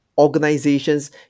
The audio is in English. organizations